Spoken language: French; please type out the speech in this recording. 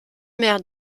maire